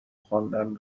خواندن